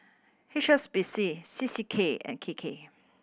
H S B C C C K and K K